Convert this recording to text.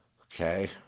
okay